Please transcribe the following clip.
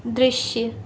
दृश्य